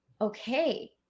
okay